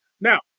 Now